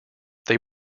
they